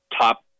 top